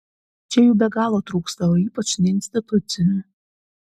čia jų be galo trūksta o ypač neinstitucinių